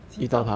奇招